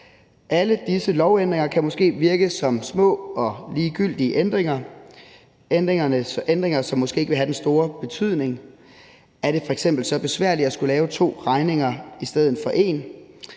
Alle disse lovændringer kan måske virke som små og ligegyldige ændringer, som måske ikke vil have den store betydning. Er det f.eks. besværligt at skulle lave to regninger i stedet for en?